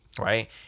right